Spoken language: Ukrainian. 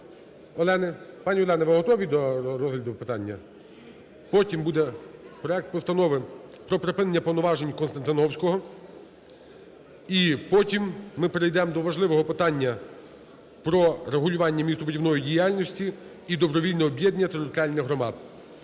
Олени. Пані Олена, ви готові до розгляду питання? Потім буде проект постанови про припинення повноважень Константіновського і потім ми перейдемо до важливого питання про регулювання містобудівної діяльності, і добровільного об'єднання територіальних громад.